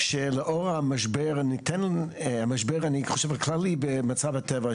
שלאור המשבר הכללי במצב הטבע,